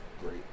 great